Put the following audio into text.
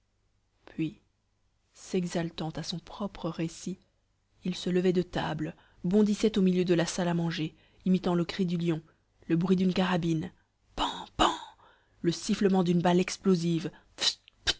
puis s'exaltant à son propre récit il se levait de table bondissait au milieu de la salle à manger imitant le cri du lion le bruit d'une carabine pan pan le sifflement d'une balle explosible